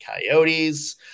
Coyotes